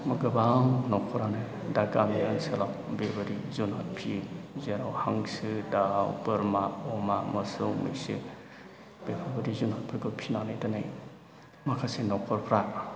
गोबां न'खरानो दा गामि ओनसोलाव बेबायदि जुनार फिसियो जेराव हांसो दाउ बोरमा अमा मोसौ मैसो बेफोरबायदि जुनारफोरखौ फिसिनानै दिनै माखासे न'खरफ्रा